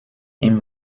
ihm